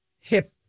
hip